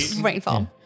rainfall